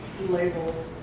label